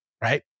Right